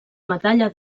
medalla